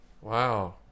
Wow